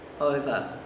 over